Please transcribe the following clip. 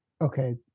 okay